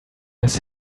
his